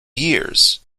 years